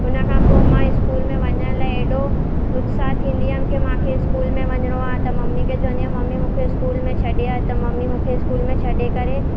हुनखां पोइ मां स्कूल में वञण लाइ एॾो उत्साह थींदी हुयमि की मूंखे स्कूल में वञिणो आहे त मम्मी खे चवंदी हुयमि मम्मी मूंखे स्कूल मे छॾे आ त मम्मी मूंखे स्कूल में छॾे करे